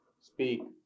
speak